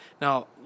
Now